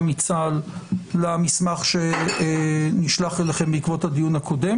מצה"ל למסמך שנשלח אליכם בעקבות הדיון הקודם.